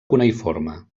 cuneïforme